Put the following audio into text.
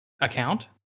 account